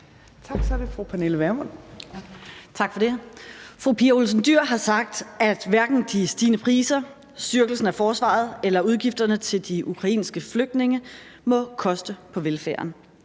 Tak for det. Fru Pia Olsen Dyhr har sagt, at hverken de stigende priser, styrkelsen af forsvaret eller udgifterne til de ukrainske flygtninge må koste på velfærden.